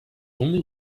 only